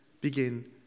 begin